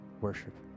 worship